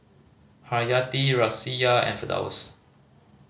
Haryati Raisya and Firdaus